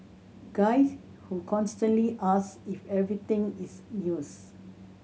guys who constantly ask if everything is news